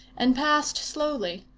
and passed slowly,